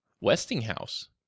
Westinghouse